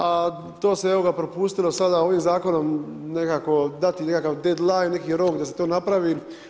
A to se, evo ga, propustilo sada ovim zakonom, dati nekakav deadline, neki rok da se to napravi.